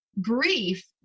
grief